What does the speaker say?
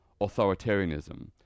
authoritarianism